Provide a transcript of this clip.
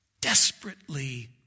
desperately